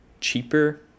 cheaper